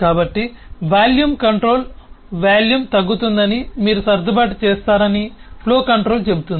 కాబట్టి volume control volume తగ్గుతుందని మీరు సర్దుబాటు చేస్తారని ఫ్లో కంట్రోల్ చెబుతుంది